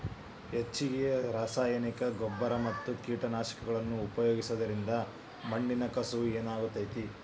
ಹೆಚ್ಚಗಿ ರಾಸಾಯನಿಕನ ಗೊಬ್ಬರ ಮತ್ತ ಕೇಟನಾಶಕಗಳನ್ನ ಉಪಯೋಗಿಸೋದರಿಂದ ಮಣ್ಣಿನ ಕಸವು ಹಾಳಾಗ್ತೇತಿ